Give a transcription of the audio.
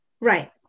Right